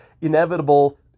inevitable